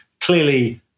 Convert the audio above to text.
clearly